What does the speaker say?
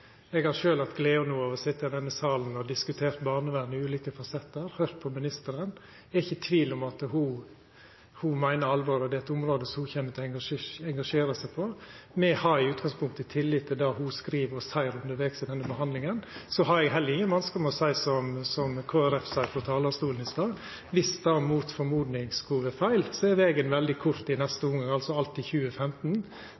Eg har sjølv hatt gleda av å sitja i denne salen og diskutera barnevern i ulike fasettar og høyra på ministeren. Eg er ikkje i tvil om at ho meiner alvor på dette området, og at ho kjem til å engasjera seg i dette. Me har i utgangspunktet tillit til det ho skriv og seier undervegs i denne behandlinga. Så har eg heller ingen vanskar med å seia, som Kristeleg Folkeparti sa frå talarstolen i stad: Viss det, i motsetnad til det ein forventar, skulle vera feil, er vegen veldig kort i